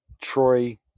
Troy